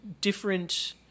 Different